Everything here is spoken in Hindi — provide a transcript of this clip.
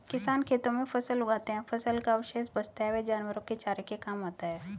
किसान खेतों में फसल उगाते है, फसल का अवशेष बचता है वह जानवरों के चारे के काम आता है